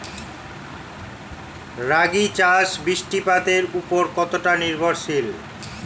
রাগী চাষ বৃষ্টিপাতের ওপর কতটা নির্ভরশীল?